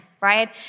right